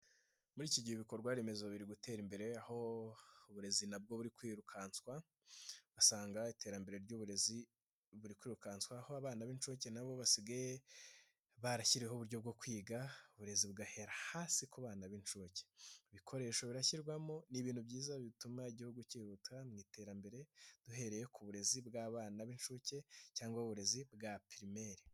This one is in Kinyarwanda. Muri iki gihe ibikorwa remezo biri gutera imbere aho uburezi nabwo buri kwirukanswa ,ugasanga iterambere ry'uburezi buri kwirukanswa aho abana b'incuke nabo basigaye, barashyiriho uburyo bwo kwiga ,uburezi bugahera hasi ku bana b'inshuke ,ibikoresho birashyirwamo ni ibintuintu byiza bituma igihugu cyihuta mu iterambere, duhereye ku burezi bw'abana b'incuke cyangwa uburezi bwa pirimeli.